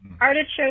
artichoke